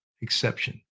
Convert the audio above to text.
exception